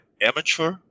amateur